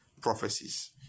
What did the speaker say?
prophecies